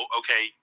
okay